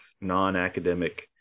non-academic